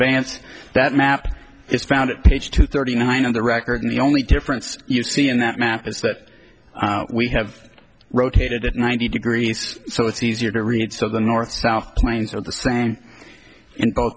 yance that map is found at page two thirty nine of the record and the only difference you see in that map is that we have rotated ninety degrees so it's easier to read so the north south plains are the same